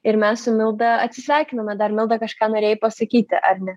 ir mes su milda atsisveikiname dar milda kažką norėjai pasakyti ar ne